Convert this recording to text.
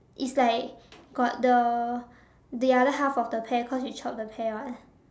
is like got the the other half of the pear cause they chop the pear [what]